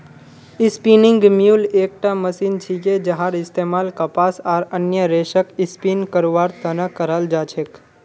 spinning mule एकटा machine छिके जहार इस्तमाल कपास आर अन्य रेशक स्पिन करवार त न कराल जा छेक